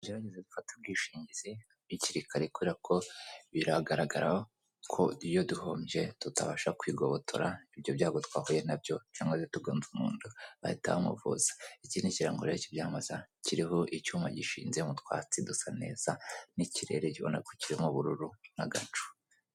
Tugerageze gufata ubwishinginzi hakiri kare kubera ko biragaragara ko iyo duhombye tutabasha kwigobotora ibyo byago twahuye nabyo cyangwa se iyo tugonze umuntu bahita bamuvuza ikindi kirango rero kibyamamaza kiriho icyuma gishinze mutwatsi dusa neza n'ikirere ubona ko kirimo ubururu n'agacu.